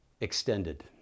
extended